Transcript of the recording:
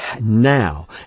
Now